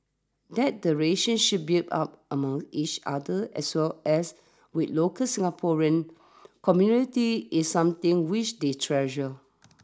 that the relationships built up among each other as well as with local Singaporean community is something which they treasure